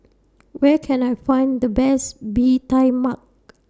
Where Can I Find The Best Bee Tai Mak